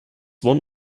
one